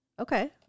Okay